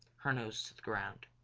her nose to the ground.